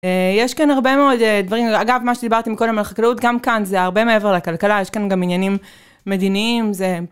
יש כאן הרבה מאוד דברים, אגב מה שדיברתם קודם על חקלאות, גם כאן זה הרבה מעבר לכלכלה, יש כאן גם עניינים מדיניים זה...